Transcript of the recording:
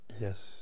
Yes